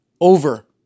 over